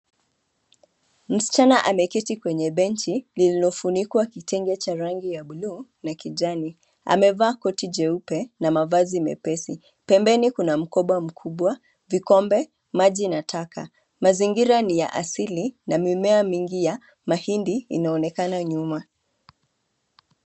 Msichana ameketi kwenye benchi lililofunikwa kitenge cha rangi ya buluu na kijani. Amevaa koti jeupe, na mavazi mepesi. Pembeni kuna mkoba mkubwa, vikombe, maji na taka. Mazingira ni ya asili na mimea mingi ya mahindi, inaonekana nyuma.